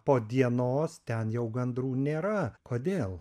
po dienos ten jau gandrų nėra kodėl